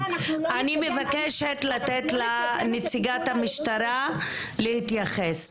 אני מבקשת לתת לנציגת המשטרה להתייחס.